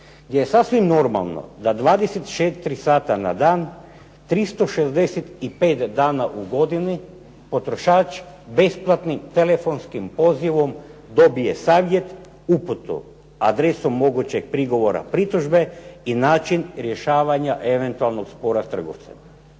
gdje je sasvim normalno da 24 sata na dan 365 dana u godini potrošač besplatnim telefonskim pozivom dobije savjet, uputu, adresu mogućeg prigovora, pritužbe i način rješavanja eventualnog spora s trgovcem.